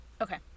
Okay